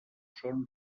són